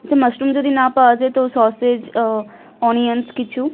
আছা মাশরুম যদি না পাওয়া যায় তো সসেজ অনিয়নস কিছু